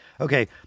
okay